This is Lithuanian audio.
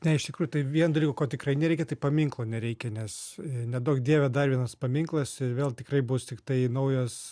ne iš tikrųjų tai vieno dalyko ko tikrai nereikia tai paminklo nereikia nes neduok dieve dar vienas paminklas ir vėl tikrai bus tiktai naujas